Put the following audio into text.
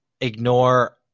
ignore